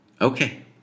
Okay